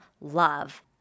love